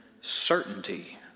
certainty